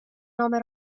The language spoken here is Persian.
نامه